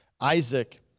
Isaac